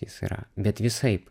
jis yra bet visaip